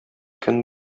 көн